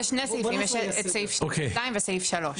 יש שני סעיפים, יש את סעיף (2) וסעיף (3).